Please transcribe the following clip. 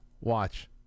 Watch